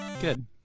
Good